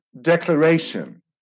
declaration